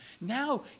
Now